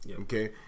Okay